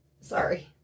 Sorry